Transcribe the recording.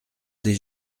des